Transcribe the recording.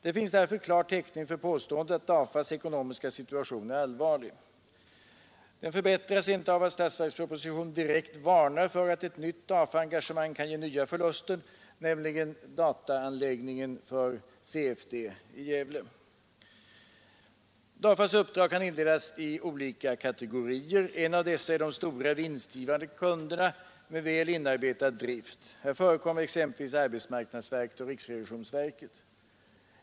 Det finns därför klar täckning för påståendet att DAFA:s ekonomiska situation är allvarlig. Situationen förbättras inte av att statsverkspropositionen direkt varnar för att ett nytt DAFA-engagemang kan ge nya förluster, nämligen dataanläggningen för CFD i Gävle. DAFA:s uppdrag kan indelas i olika kategorier. En av dessa är de stora vinstgivande kunderna med väl inarbetad drift. Här förekommer exempelvis arbetsmarknadsstyrelsen och riksrevisionsverket.